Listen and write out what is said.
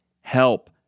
help